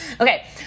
Okay